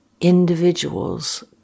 individuals